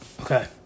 Okay